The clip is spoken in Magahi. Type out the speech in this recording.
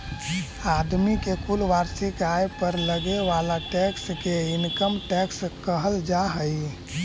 आदमी के कुल वार्षिक आय पर लगे वाला टैक्स के इनकम टैक्स कहल जा हई